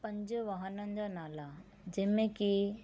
पंज वाहननि जा नाला जंहिंमें की